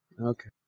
Okay